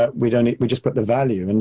but we don't, we just put the value. and